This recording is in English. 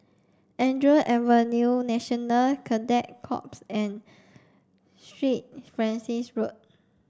Andrew Avenue National Cadet Corps and Street Francis Road